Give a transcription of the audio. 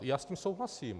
Já s tím souhlasím.